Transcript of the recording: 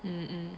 mm mm